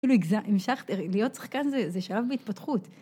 להיות שחקן זה שלב בהתפתחות.